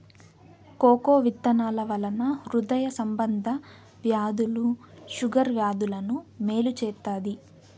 cocoa విత్తనాల వలన హృదయ సంబంధ వ్యాధులు షుగర్ వ్యాధులకు మేలు చేత్తాది